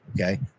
Okay